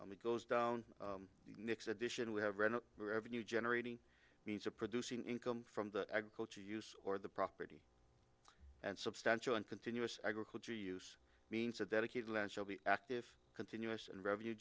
the goes down next addition we have read the revenue generating means of producing income from the agricultural use or the property and substantial and continuous agriculture use means that dedicated land shall be active continuous and revenue